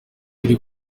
uri